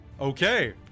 Okay